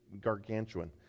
gargantuan